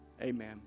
Amen